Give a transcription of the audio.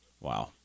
Wow